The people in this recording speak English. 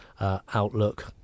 outlook